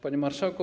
Panie Marszałku!